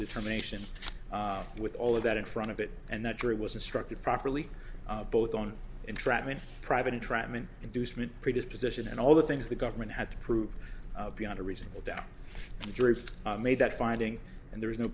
determination with all of that in front of it and the jury was instructed properly both on entrapment private entrapment inducement predisposition and all the things the government had to prove beyond a reasonable doubt the jury made that finding and there is no